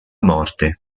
morte